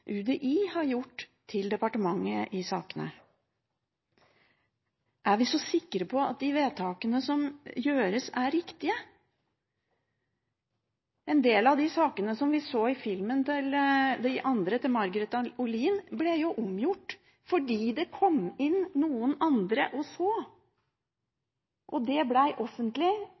UDI har gjort til departementet i sakene. Er vi så sikre på at de vedtakene som fattes, er riktige? En del av de sakene som vi så i filmen «De andre» til Margreth Olin, ble omgjort fordi det kom inn noen andre og så. Det ble offentlig,